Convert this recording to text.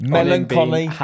melancholy